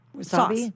sauce